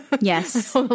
Yes